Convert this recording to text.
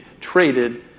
traded